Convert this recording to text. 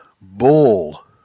bull